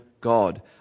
God